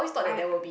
I